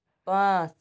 پانٛژھ